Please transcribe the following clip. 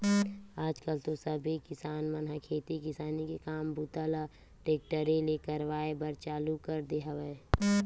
आज कल तो सबे किसान मन ह खेती किसानी के काम बूता ल टेक्टरे ले करवाए बर चालू कर दे हवय